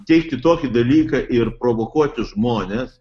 teikti tokį dalyką ir provokuoti žmones